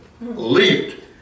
leaped